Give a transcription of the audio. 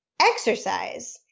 Exercise